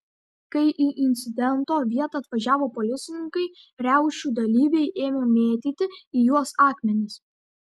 kai į incidento vietą atvažiavo policininkai riaušių dalyviai ėmė mėtyti į juos akmenis